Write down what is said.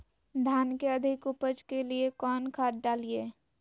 धान के अधिक उपज के लिए कौन खाद डालिय?